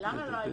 --- למה לא היו?